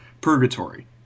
purgatory